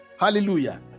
Hallelujah